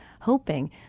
hoping